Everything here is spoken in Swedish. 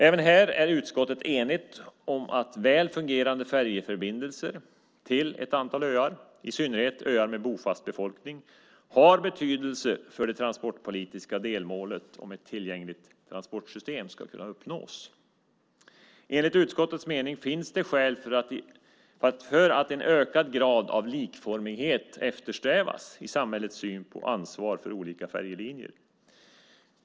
Även här är utskottet enigt om att väl fungerande färjeförbindelser till ett antal öar, i synnerhet öar med bofast befolkning, har betydelse för att det transportpolitiska delmålet om ett tillgängligt transportssystem ska kunna uppnås. Enligt utskottets mening finns det skäl för att en ökad grad av likformighet eftersträvas i samhällets syn på ansvar för olika färjelinjer.